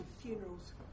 Funerals